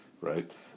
right